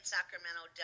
Sacramento